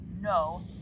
no